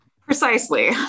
Precisely